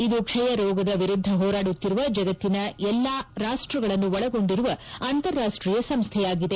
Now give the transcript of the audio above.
ಇದು ಕ್ಷಯ ರೋಗದ ವಿರುದ್ದ ಹೋರಾಡುತ್ತಿರುವ ಜಗತ್ತಿನ ಎಲ್ಲಾ ರಾಷ್ಸಗಳನ್ನು ಒಳಗೊಂಡಿರುವ ಅಂತಾರಾಷ್ಟೀಯ ಸಂಸ್ವೆಯಾಗಿದೆ